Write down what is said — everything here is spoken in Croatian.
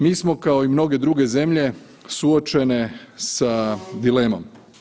Mi smo kao i mnoge druge zemlje suočene sa dilemom.